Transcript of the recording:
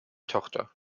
tochter